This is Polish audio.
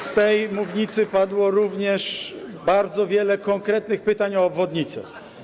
Z tej mównicy padło również bardzo wiele konkretnych pytań o obwodnicę.